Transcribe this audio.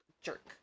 jerk